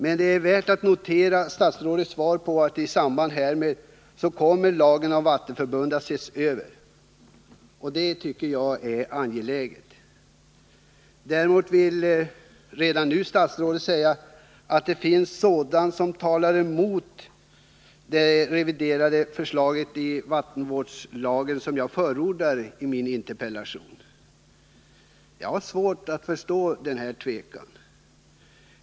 Men det är värt att notera statsrådets besked att i samband med arbetet med den nya vattenlagen kommer lagen om vattenförbund att ses över. Det tycker jag är angeläget. Däremot vill statsrådet redan nu påpeka att det finns skäl som talar emot den ordning som jag förordar i min interpellation. Jag har svårt att förstå den tveksamheten.